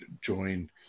join